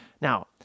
Now